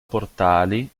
portali